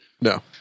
No